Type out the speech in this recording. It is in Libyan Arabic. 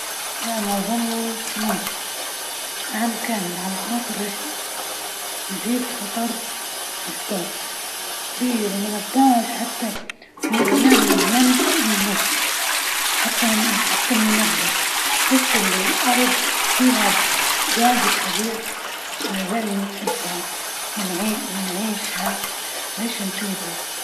لا ما ظنش نمشي، عام كامل على خاطر رحلة، ويزيد خطر في الفضاء، كبير وضمناش حتى وأنا ما ن ضمنش إني نوصل، حتى حتى إني نرجع هسة اللي الأرض فيها وايض حاجات زين نحبها ون-ونعيشها ليش نسيبها.